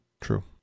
True